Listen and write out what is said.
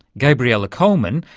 gabriella coleman,